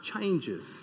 changes